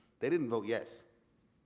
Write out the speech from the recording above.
they didn't vote yes,